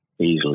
easily